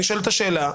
נשאלת השאלה,